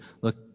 Look